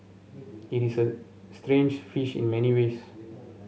it is a strange fish in many ways